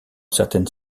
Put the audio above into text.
certaines